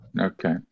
Okay